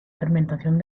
fermentación